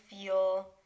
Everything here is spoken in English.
feel